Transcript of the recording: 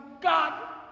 God